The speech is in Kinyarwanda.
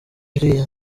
iriya